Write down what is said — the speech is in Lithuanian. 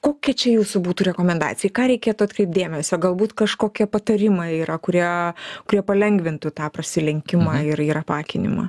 kokia čia jūsų būtų rekomendacija į ką reikėtų atkreipt dėmesį o galbūt kažkokie patarimai yra kurie kurie palengvintų tą prasilenkimą ir ir apakinimą